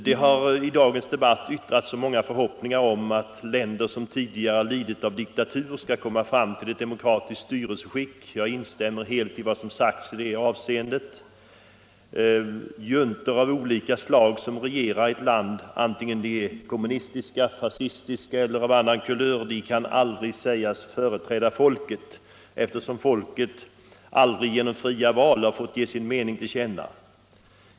Det har i dagens debatt yttrats många förhoppningar om att länder som tidigare lidit av diktatur skall komma fram till ett demokratiskt styrelseskick. Jag instämmer helt i vad som sagts i det avseendet. Juntor av olika slag som regerar i ett land, antingen de är kommunistiska, fascistiska eller av annan kulör, kan aldrig sägas företräda folket, eftersom folket icke genom fria val har fått ge sin mening till känna.